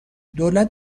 دولت